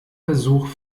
versuch